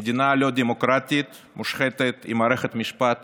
מדינה לא דמוקרטית, מושחתת, עם מערכת משפט